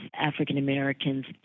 African-Americans